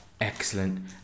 Excellent